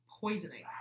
poisoning